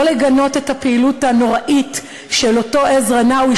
לא לגנות את הפעילות הנוראית של אותו עזרא נאווי,